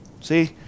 See